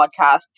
podcast